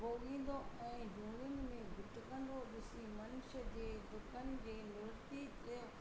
भोगींदो ऐ जूणिन में भिटकंदो ॾिसी मनुष्य जे दुखनि जे मुक्ति ते